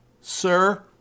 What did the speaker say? sir